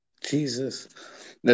Jesus